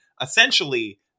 essentially